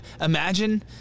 Imagine